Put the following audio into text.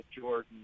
Jordan